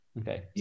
Okay